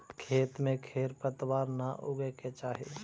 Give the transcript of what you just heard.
खेत में खेर पतवार न उगे के चाही